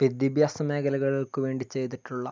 വിദ്യാഭ്യാസ മേഖലകൾക്ക് വേണ്ടി ചെയ്തിട്ടുള്ള